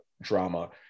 drama